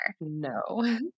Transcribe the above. No